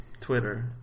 Twitter